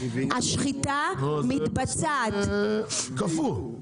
השחיטה מתבצעת -- נו אז זה קפוא?